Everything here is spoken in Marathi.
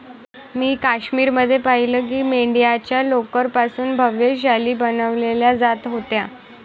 मी काश्मीर मध्ये पाहिलं की मेंढ्यांच्या लोकर पासून भव्य शाली बनवल्या जात होत्या